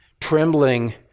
trembling